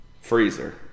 Freezer